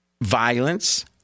violence